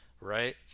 right